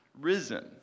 risen